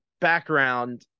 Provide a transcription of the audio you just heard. background